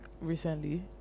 recently